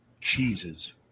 Cheeses